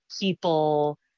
people